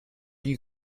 you